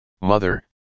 Mother